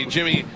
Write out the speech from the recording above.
Jimmy